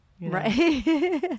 right